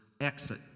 exit